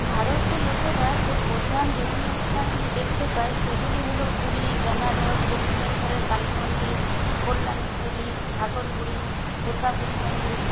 ভারতের লোকেরা যে প্রধান ধর্মীয় স্থানগুলি দেখতে পায় সেগুলি হল পুরী বেনারস দক্ষিণেশ্বরের কালীমন্দির কল্যানেশ্বরী ঘাগরবুড়ি মন্দির